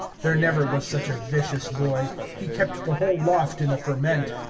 there never was such a vicious boy he kept the whole loft in a ferment.